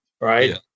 right